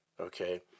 okay